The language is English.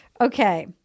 Okay